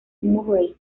murray